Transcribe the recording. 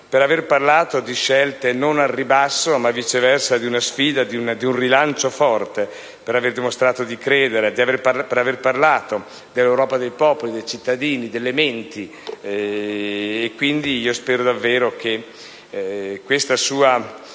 per aver parlato di scelte non al ribasso ma viceversa di una sfida, di un rilancio forte; per aver dimostrato di credere, per aver parlato dell'Europa dei popoli, dei cittadini e delle menti. Spero davvero che questa sua